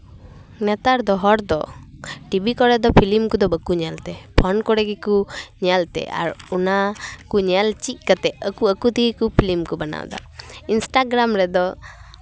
ᱱᱮᱛᱟᱨ ᱫᱚ ᱦᱚᱲ ᱫᱚ ᱴᱤᱵᱷᱤ ᱠᱚᱨᱮ ᱫᱚ ᱯᱷᱤᱞᱤᱢ ᱠᱚᱫᱚ ᱵᱟᱠᱚ ᱧᱮᱞ ᱛᱮ ᱯᱷᱳᱱ ᱠᱚᱨᱮ ᱜᱮ ᱧᱮᱞ ᱛᱮ ᱟᱨ ᱚᱱᱟ ᱠᱚ ᱧᱮᱞ ᱪᱮᱫ ᱠᱟᱛᱮ ᱟᱠᱚ ᱟᱠᱚ ᱛᱮᱜᱮ ᱠᱚ ᱯᱷᱤᱞᱤᱢ ᱠᱚ ᱵᱮᱱᱟᱣᱫᱟ ᱤᱱᱥᱴᱟ ᱜᱨᱟᱢ ᱨᱮᱫᱚ